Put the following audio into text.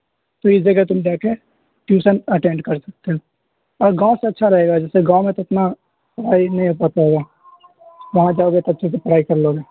تو اس جگہ تم جا کے ٹیوشن اٹینڈ کر سکتے ہو اور گاؤں سے اچھا رہے گا جیسے گاؤں میں تو اتنا پڑھائی نہیں ہو پا پائے گا وہاں جاؤ گے تو اچھے سے پڑھائی کر لو گے